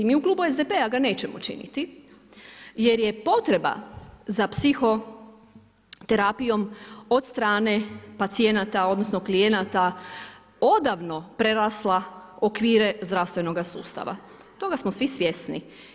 Mi u klubu SDP-a ga nećemo učiniti jer je potreba za psihoterapijom od strane pacijenata odnosno klijenata odavno prerasla okvire zdravstvenoga sustava, toga smo svi svjesni.